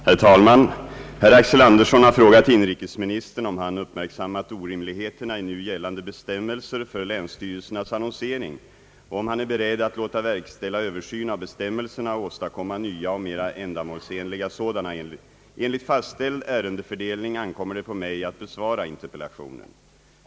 Herr talman! Herr Axel Andersson har frågat inrikesministern om han uppmärksammat orimligheterna i nu gällande bestämmelser för länsstyrelsernas annonsering och om han är beredd att låta verkställa översyn av bestämmelserna och åstadkomma nya och mera ändamålsenliga sådana. Enligt fastställd ärendefördelning ankommer det på mig att besvara interpellationen.